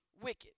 wicked